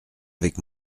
avec